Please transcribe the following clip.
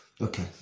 Okay